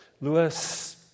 Lewis